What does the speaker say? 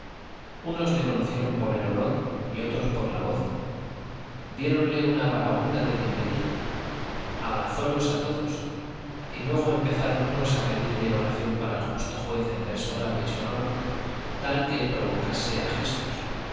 unos le conocieron por el olor y otros por la voz diéronle una barahúnda de bienvenido abrazólos a todos y luego empezaron unos a pedirle oración para el justo juez en verso grave y sonoro tal que provocase a gestos